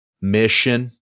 mission